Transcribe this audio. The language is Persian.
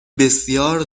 بسیار